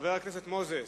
חבר הכנסת מוזס.